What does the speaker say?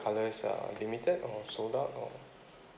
colours are limited or sold out or